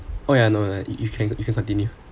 oh ya no lah you can you can continue